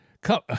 Come